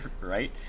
Right